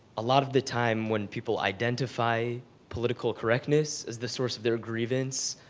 a lot of the time when people identify political correctness as the source of their grievance